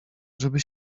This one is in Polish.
żeby